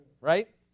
Right